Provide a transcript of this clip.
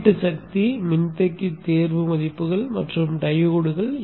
வெளியீட்டு சக்தி மின்தேக்கி தேர்வு மதிப்புகள் மற்றும் டையோட்கள்